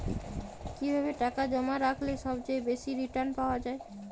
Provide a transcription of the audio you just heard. কিভাবে টাকা জমা রাখলে সবচেয়ে বেশি রির্টান পাওয়া য়ায়?